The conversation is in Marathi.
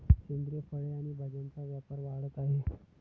सेंद्रिय फळे आणि भाज्यांचा व्यापार वाढत आहे